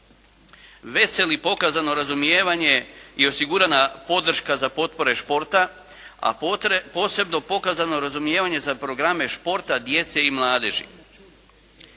Veseli pokazano razumijevanje i osigurana podrška za potpore športa, a posebno pokazano razumijevanje za programe športa djece i mladeži.